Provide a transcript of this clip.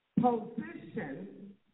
Position